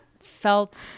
felt